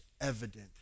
evident